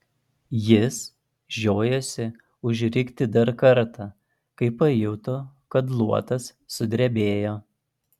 jis žiojosi užrikti dar kartą kai pajuto kad luotas sudrebėjo